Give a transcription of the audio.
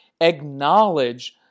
Acknowledge